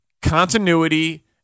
Continuity